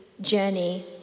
journey